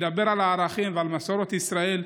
לדבר על הערכים ועל מסורת ישראל,